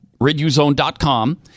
RidUzone.com